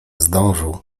zdążył